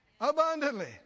abundantly